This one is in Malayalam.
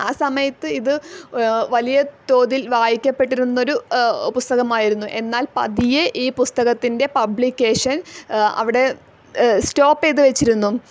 ആ സമയത്ത് ഇത് വലിയ തോതിൽ വായിക്കപ്പെട്ടിരുന്നൊരു പുസ്തകമായിരുന്നു എന്നാൽ പതിയെ ഈ പുസ്തകത്തിൻ്റെ പബ്ലിക്കേഷൻ അവിടെ സ്റ്റോപ്പ് ചെയ്ത് വച്ചിരുന്നു